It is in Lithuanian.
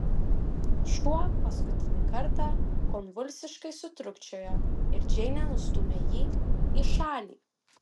šuo paskutinį kartą konvulsiškai sutrūkčiojo ir džeinė nustūmė jį į šalį